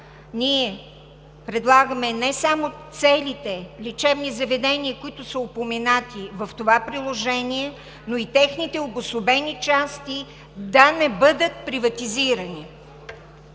Ние предлагаме не само целите лечебни заведения, които са упоменати в това приложение, но и техните обособени части да не бъдат приватизирани.